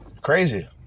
crazy